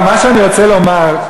מה שאני רוצה לומר,